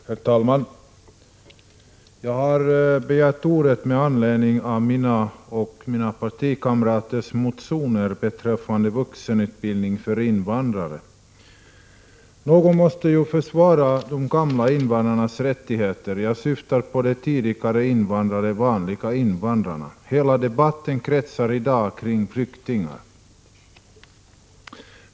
Herr talman! Jag har begärt ordet med anledning av mina och mina partikamraters motioner om vuxenutbildningen för invandrare. Någon måste ju försvara de ”gamla” invandrarnas rättigheter. Jag syftar på de tidigare invandrade vanliga invandrarna. Hela debatten kretsar i dag kring flyktingar.